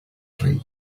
rei